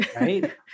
Right